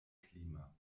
klima